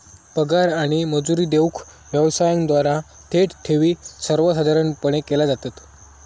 पगार आणि मजुरी देऊक व्यवसायांद्वारा थेट ठेवी सर्वसाधारणपणे केल्या जातत